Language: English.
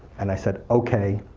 and i said ok,